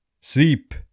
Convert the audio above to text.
sleep